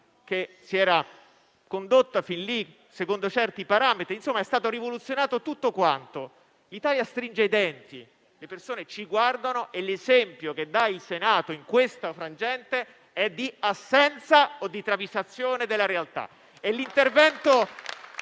che si era condotta fino a quel momento secondo certi parametri. Insomma, è stato rivoluzionato tutto quanto. L'Italia stringe i denti, le persone ci guardano e l'esempio che dà il Senato in questo frangente è di assenza o di travisamento della realtà.